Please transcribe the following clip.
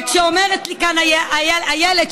וכשאומרת לי כאן איילת,